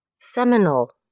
Seminole